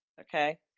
Okay